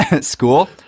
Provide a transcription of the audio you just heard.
school